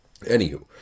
Anywho